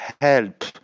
help